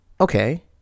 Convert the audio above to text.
Okay